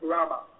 Rama